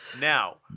Now